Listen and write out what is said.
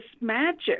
magic